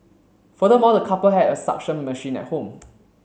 furthermore the couple had a suction machine at home